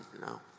No